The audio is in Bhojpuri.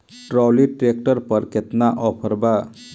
ट्राली ट्रैक्टर पर केतना ऑफर बा?